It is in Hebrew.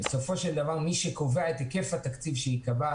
בסופו של דבר מי שקובע את היקף התקציב שייקבע,